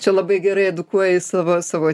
čia labai gerai edukuoji savo savo